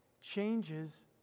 changes